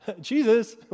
Jesus